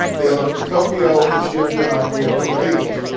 the other, from tokyo, which gives you an idea of the range.